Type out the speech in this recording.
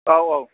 औ औ